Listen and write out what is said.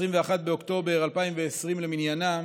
21 באוקטובר 2020 למניינם,